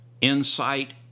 insight